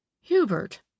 Hubert